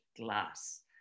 Glass